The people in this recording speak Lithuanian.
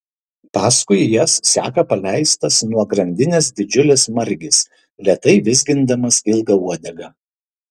paskui jas seka paleistas nuo grandinės didžiulis margis lėtai vizgindamas ilgą uodegą